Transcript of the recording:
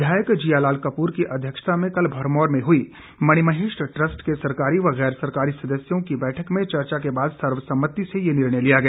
विधायक जियालाल कपूर की अध्यक्षता में कल भरमौर में हई मणिमहेश ट्रस्ट के सरकारी व गैर सरकारी सदस्यों बैठक में चर्चा के बाद सर्वसम्मति से ये निर्णय लिया गया